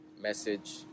message